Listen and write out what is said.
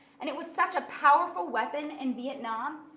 and it was such a powerful weapon in vietnam,